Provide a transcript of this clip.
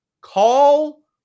Call